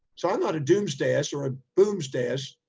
so i'm not a doomsdayers or a boomsdayers,